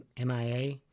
MIA